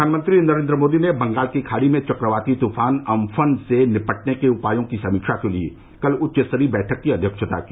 प्रधानमंत्री नरेंद्र मोदी ने बंगाल की खाड़ी में चक्रवाती तूफान अम्फन से निपटने के उपायों की समीक्षा के लिए कल उच्च स्तरीय बैठक की अध्यक्षता की